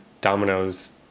dominoes